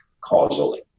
causally